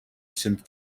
since